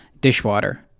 dishwater